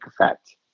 effect